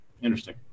Interesting